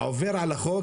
"העובר על החוק,